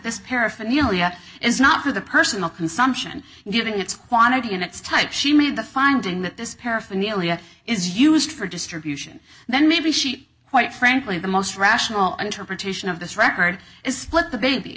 this paraphernalia is not for the personal consumption and giving it's quantity in its type she made the finding that this paraphernalia is used for distribution then maybe she quite frankly the most rational interpretation of this record is split the baby